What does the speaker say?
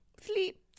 sleep